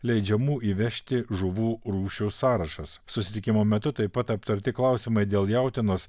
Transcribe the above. leidžiamų įvežti žuvų rūšių sąrašas susitikimo metu taip pat aptarti klausimai dėl jautienos